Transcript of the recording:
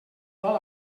vol